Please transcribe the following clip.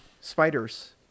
spiders